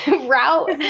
route